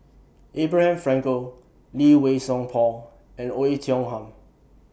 Abraham Frankel Lee Wei Song Paul and Oei Tiong Ham